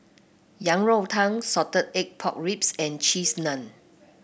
Yang Rou Tang Salted Egg Pork Ribs and Cheese Naan